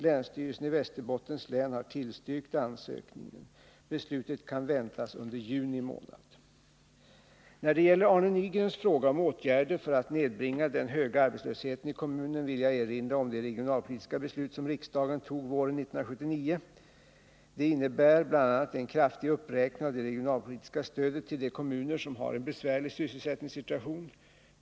Länsstyrelsen i Västerbottens län har tillstyrkt ansökningen. Beslut kan väntas under juni månad. När det gäller Arne Nygrens fråga om åtgärder för att nedbringa den höga arbetslösheten i kommunen vill jag erinra om det regionalpolitiska beslut som riksdagen fattade våren 1979 . Det innebar bl.a. en kraftig uppräkning av det regionalpolitiska stödet till de kommuner som har en besvärlig sysselsättningssituation.